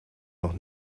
noch